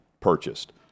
purchased